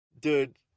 Dude